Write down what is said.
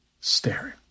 staring